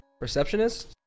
Receptionist